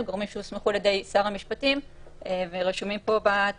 שהם גורמים שהוסמכו על ידי שר המשפטים ורשומים פה בתקנה,